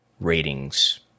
ratings